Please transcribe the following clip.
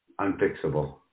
unfixable